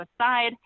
aside